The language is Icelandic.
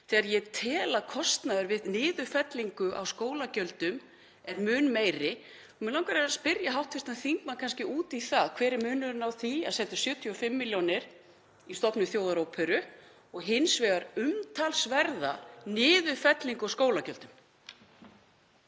þegar ég tel að kostnaður við niðurfellingu á skólagjöldum sé mun meiri. Mig langar að spyrja hv. þingmann út í það hver munurinn er á því að setja 75 milljónir í stofnun Þjóðaróperu og hins vegar umtalsverðri niðurfellingu á skólagjöldum.